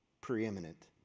Preeminent